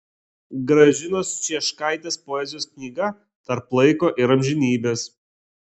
gražinos cieškaitės poezijos knygą tarp laiko ir amžinybės